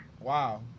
Wow